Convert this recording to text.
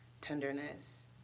tenderness